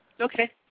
Okay